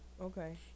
Okay